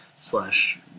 slash